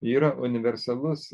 yra universalus